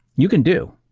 you can do,